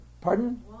pardon